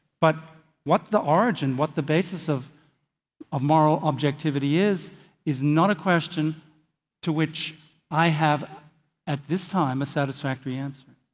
but what the origin, what the basis of of moral objectivity is is not a question to which i have at this time a satisfactory answer.